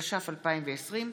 התש"ף 2020,